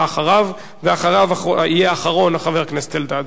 אה, התחלפתם.